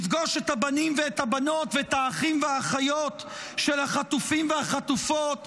לפגוש את הבנים ואת הבנות ואת האחים והאחיות של החטופים והחטופות,